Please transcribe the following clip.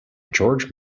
george